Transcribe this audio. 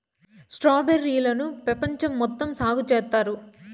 strawberry లను పెపంచం మొత్తం సాగు చేత్తారు